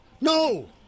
No